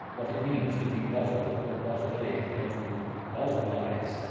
what it means to be boswell, or boswellian, and to boswellize.